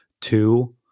two